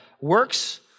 works